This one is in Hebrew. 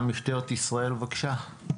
משטרת ישראל, בבקשה.